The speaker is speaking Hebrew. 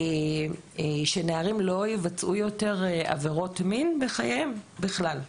שנערים לא יבצעו יותר עבירות מין בחייהם בכלל.